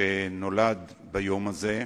שנולד ביום הזה.